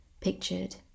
pictured